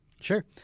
Sure